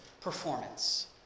performance